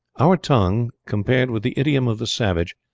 our tongue, compared with the idiom of the savage,